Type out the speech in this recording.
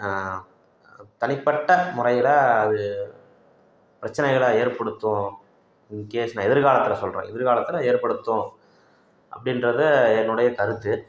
தனிப்பட்ட முறையில் அது பிரச்சனைகளாக ஏற்படுத்தும் இன் கேஸ் நான் எதிர்காலத்தில் சொல்கிறேன் எதிர்காலத்தில் ஏற்படுத்தும் அப்படின்றத என்னோடைய கருத்து